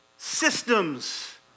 Systems